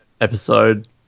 episode